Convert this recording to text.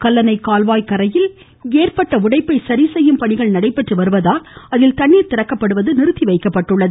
கல்லணை கால்வாய் கரையில் ஏற்பட்ட உடைப்பை சரிசெய்யும் பணிகள் நடைபெற்று வருவதால் அதில் தண்ணீர் திறக்கப்படுவது நிறுத்தி வைக்கப்பட்டுள்ளது